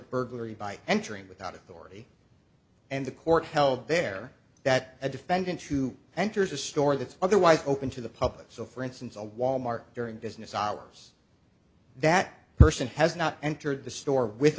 burglary by entering without authority and the court held there that a defendant to enters a store that's otherwise open to the public so for instance a wal mart during business hours that person has not entered the store with